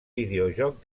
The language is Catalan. videojoc